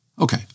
Okay